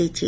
କରାଯାଇଛି